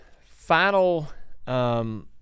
final